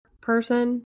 person